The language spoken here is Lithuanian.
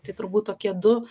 tai turbūt tokie du